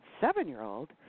seven-year-old